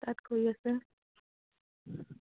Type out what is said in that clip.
তাত কৰি আছে